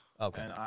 okay